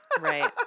Right